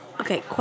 Okay